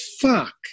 fuck